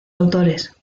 autores